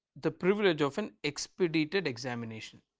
the privilege of an expedited examination,